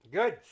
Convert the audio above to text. Good